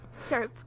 Sorry